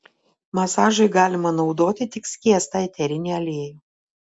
masažui galima naudoti tik skiestą eterinį aliejų